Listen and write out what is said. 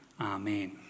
Amen